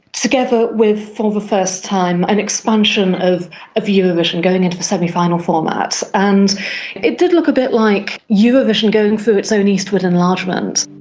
together with for the first time an expansion of of eurovision going into the semi-final format. and it did look a bit like eurovision going through its own eastward enlargement.